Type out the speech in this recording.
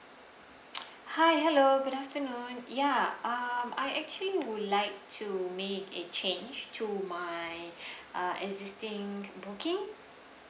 hi hello good afternoon ya um I actually would like to make a change to my uh existing booking